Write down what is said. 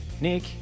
Nick